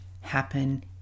happen